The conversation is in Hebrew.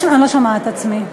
אני לא שומעת את עצמי.